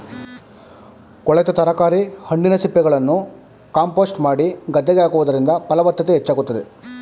ಕೊಳೆತ ತರಕಾರಿ, ಹಣ್ಣಿನ ಸಿಪ್ಪೆಗಳನ್ನು ಕಾಂಪೋಸ್ಟ್ ಮಾಡಿ ಗದ್ದೆಗೆ ಹಾಕುವುದರಿಂದ ಫಲವತ್ತತೆ ಹೆಚ್ಚಾಗುತ್ತದೆ